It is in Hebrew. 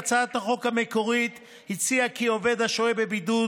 הצעת החוק המקורית הציעה כי עובד השוהה בבידוד